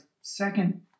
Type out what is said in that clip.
second